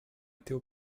était